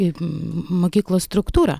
į mokyklos struktūrą